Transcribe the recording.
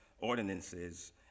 ordinances